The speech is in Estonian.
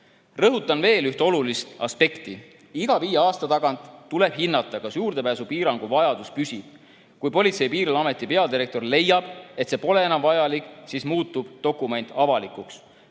Rõhutan veel üht olulist aspekti. Iga viie aasta tagant tuleb hinnata, kas juurdepääsupiirangu vajadus püsib. Kui Politsei- ja Piirivalveameti peadirektor leiab, et see pole enam vajalik, siis muutub dokument avalikuks.